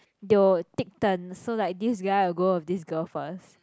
they will take turns so like this guy will go with this girl first